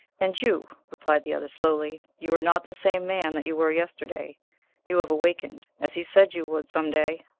and you, replied the other, slowly, you are not the same man that you were yesterday you have awakened, as he said you would some day.